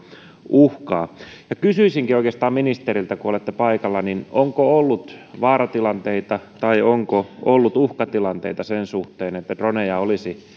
uhkaa kysyisinkin oikeastaan ministeriltä kun olette paikalla onko ollut vaaratilanteita tai uhkatilanteita sen suhteen että droneja olisi